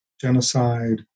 genocide